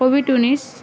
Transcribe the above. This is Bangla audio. কোভিড উনিস